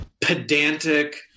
pedantic